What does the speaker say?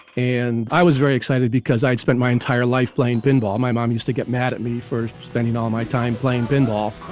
and i was very excited because i had spent my entire life playing pinball. my mom used to get mad at me for spending all my time playing pinball.